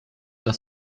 das